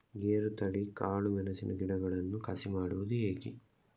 ಗೇರುತಳಿ, ಕಾಳು ಮೆಣಸಿನ ಗಿಡಗಳನ್ನು ಕಸಿ ಮಾಡುವುದು ಹೇಗೆ?